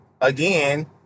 again